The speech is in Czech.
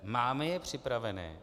Máme je připravené?